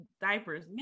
diapers